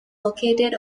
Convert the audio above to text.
located